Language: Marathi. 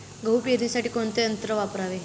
गहू पेरणीसाठी कोणते यंत्र वापरावे?